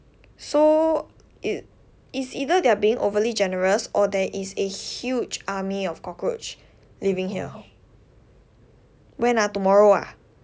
so it is either they're being overly generous or there is a huge army of cockroach living here when ah tomorrow ah